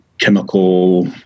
chemical